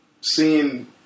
seeing